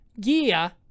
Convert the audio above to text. gear